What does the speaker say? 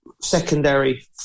secondary